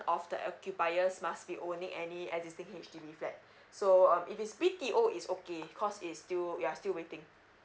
of the occupiers must be owning any existing H_D_B flat so um if it's B T O is okay cause is still we are still waiting